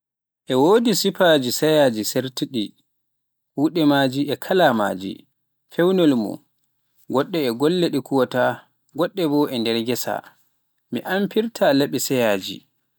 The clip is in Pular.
E woodi sifaaji laɓi sayaaji ceertuɗi, kuɗe maaji e kalaamaji mum en, e peewnugol mum en, ngoɗɗe e golle ngoɗɗe boo e nder ghess. mi amfirta e laɓi sayaaji.